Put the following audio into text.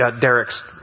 Derek's